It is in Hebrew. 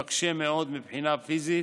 המקשה מאוד מבחינה פיזית,